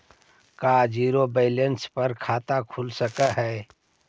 का zero balance पर खाता खुल सकले हे?